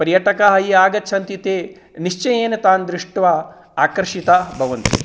पर्यटकाः ये आगच्छन्ति ते निश्चयेन तान् दृष्ट्वा आकर्षिता भवन्ति